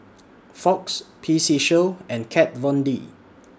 Fox P C Show and Kat Von D